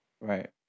Right